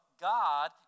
God